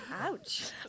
Ouch